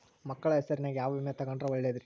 ಮಕ್ಕಳ ಹೆಸರಿನ್ಯಾಗ ಯಾವ ವಿಮೆ ತೊಗೊಂಡ್ರ ಒಳ್ಳೆದ್ರಿ?